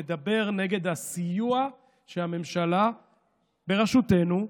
מדבר נגד הסיוע שהממשלה בראשותנו,